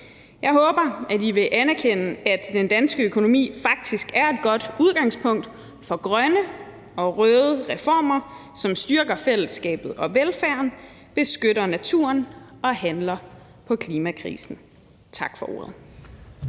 Jeg håber, at I vil anerkende, at den danske økonomi faktisk er et godt udgangspunkt for grønne og røde reformer, som styrker fællesskabet og velfærden, beskytter naturen og handler på klimakrisen. Tak for ordet.